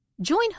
Join